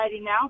now